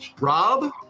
Rob